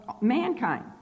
mankind